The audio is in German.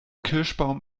kirschbaum